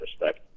respect